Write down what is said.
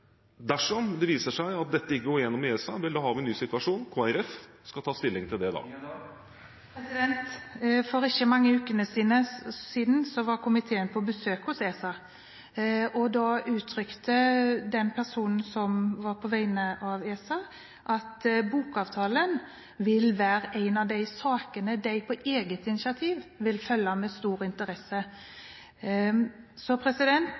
dersom det viser seg at dette ikke går gjennom i ESA, vel, da har vi en ny situasjon. Kristelig Folkeparti skal ta stilling til det da. For ikke mange ukene siden var komiteen på besøk hos ESA, og da uttrykte den personen som var der på vegne av ESA, at bokavtalen vil være en av de sakene de på eget initiativ vil følge med stor interesse. Så